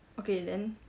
okay then